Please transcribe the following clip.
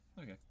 Okay